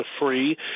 free